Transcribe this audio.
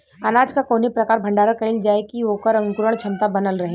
अनाज क कवने प्रकार भण्डारण कइल जाय कि वोकर अंकुरण क्षमता बनल रहे?